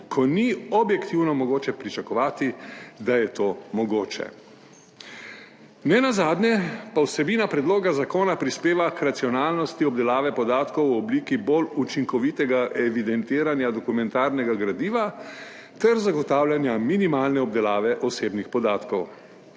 ko ni objektivno mogoče pričakovati, da je to mogoče. Nenazadnje pa vsebina predloga zakona prispeva k racionalnosti obdelave podatkov v obliki bolj učinkovitega evidentiranja dokumentarnega gradiva ter zagotavljanja minimalne obdelave osebnih podatkov.